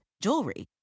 Jewelry